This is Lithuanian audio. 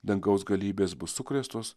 dangaus galybės bus sukrėstos